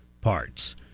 parts